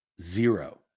Zero